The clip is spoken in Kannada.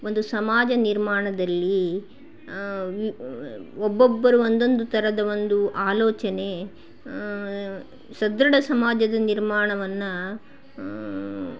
ಒಂದು ಸಮಾಜ ನಿರ್ಮಾಣದಲ್ಲಿ ಒಬ್ಬೊಬ್ಬರು ಒಂದೊಂದು ಥರದ ಒಂದು ಆಲೋಚನೆ ಸದೃಢ ಸಮಾಜದ ನಿರ್ಮಾಣವನ್ನು